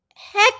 heck